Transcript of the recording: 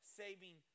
saving